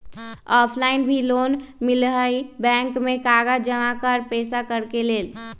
Offline भी loan मिलहई bank में कागज जमाकर पेशा करेके लेल?